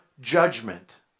judgment